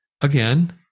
again